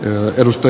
neuvottelusta